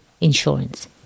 insurance